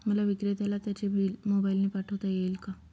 मला विक्रेत्याला त्याचे बिल मोबाईलने पाठवता येईल का?